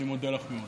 אני מודה לכם מאוד.